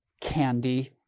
candy